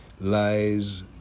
lies